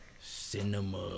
Cinema